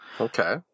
Okay